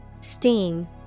Steam